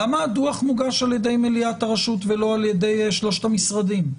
למה הדוח מוגש על ידי מליאת הרשות ולא על ידי שלושת המשרדים?